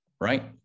right